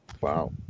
Wow